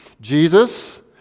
Jesus